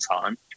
time